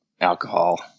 alcohol